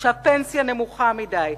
שהפנסיה נמוכה מדי.